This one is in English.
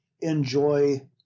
enjoy